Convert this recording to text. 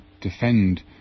defend